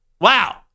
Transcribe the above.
wow